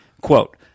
Quote